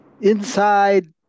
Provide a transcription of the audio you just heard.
inside